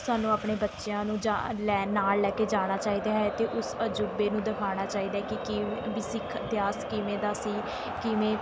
ਸਾਨੂੰ ਆਪਣੇ ਬੱਚਿਆਂ ਨੂੰ ਜਾ ਲੈਣ ਨਾਲ਼ ਲੈ ਕੇ ਜਾਣਾ ਚਾਹੀਦਾ ਹੈ ਅਤੇ ਉਸ ਅਜੂਬੇ ਨੂੰ ਦਿਖਾਉਣਾ ਚਾਹੀਦਾ ਕਿ ਕਿਵੇਂ ਵੀ ਸਿੱਖ ਇਤਿਹਾਸ ਕਿਵੇਂ ਦਾ ਸੀ ਕਿਵੇਂ